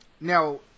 Now